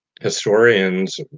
historians